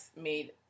made